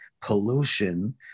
pollution